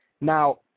Now